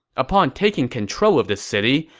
upon taking control of the city,